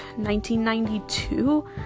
1992